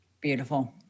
Beautiful